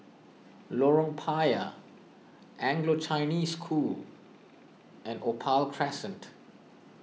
Lorong Payah Anglo Chinese School and Opal Crescent